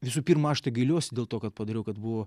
visų pirma aš tai gailiuosi dėl to kad padariau kad buvo